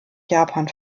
japan